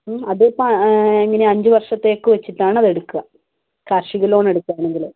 അതിപ്പോൾ എങ്ങനെയാണ് അഞ്ച് വർഷത്തേക്ക് വച്ചിട്ടാണ് അതെടുക്കുക കാർഷിക ലോൺ എടുക്കുകയാണെങ്കിൽ